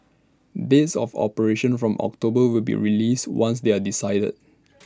dates of operation from October will be released once they are decided